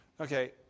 Okay